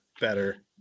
better